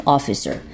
Officer